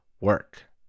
work